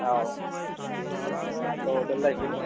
હોવ હા તો ઓડર લખી લો